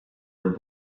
her